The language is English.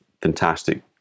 fantastic